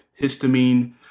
histamine